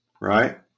Right